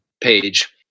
page